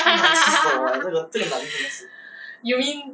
真的气死我 leh 这个这个男的真是